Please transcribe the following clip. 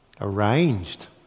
arranged